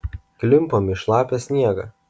klimpom į šlapią sniegą